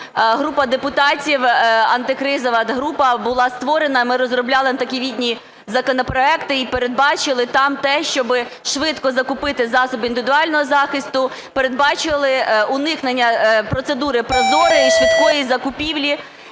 Група депутатів антикризова, група була створена, і ми розробляли антиковідні законопроекти і передбачили там те, щоби швидко закупити засоби індивідуального захисту, передбачили уникнення процедури ProZorro і швидкої закупівлі.